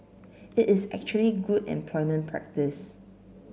it is actually good employment practice